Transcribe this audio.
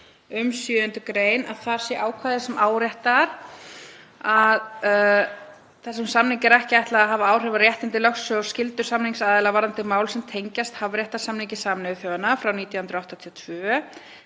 um 7. gr. að þar sé ákvæði sem áréttar að þessum samningi „er ekki ætlað að hafa áhrif á réttindi, lögsögu og skyldur samningsaðila varðandi mál sem tengjast hafréttarsamningi Sameinuðu þjóðanna frá 1982